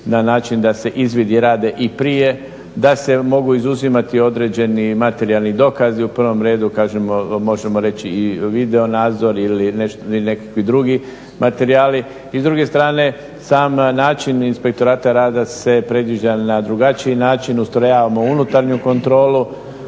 na način da se izvidi rade i prije, da se mogu izuzimati određeni materijalni dokazi u prvom redu kažemo možemo reći i video nadzor ili nekakvi drugi materijali. I s druge strane sam način Inspektorata rada se predviđa na drugačiji način, ustrojavamo unutarnju kontrolu